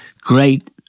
Great